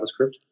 JavaScript